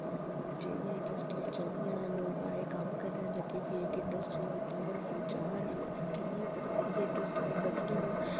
जेह्ड़ियां इंड्र्स्टियां चलियां लोक आए कम्म करन लगे फिर इंड्र्स्टी द'ऊं फ्ही चार फ्ही अट्ठ इ'यां करी करियै इंड्र्स्टियां बधियां